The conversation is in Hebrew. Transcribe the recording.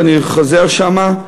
ואני חוזר משם,